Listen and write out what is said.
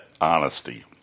Honesty